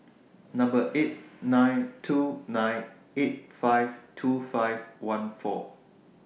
eight nine two nine eight five two five one four